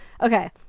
Okay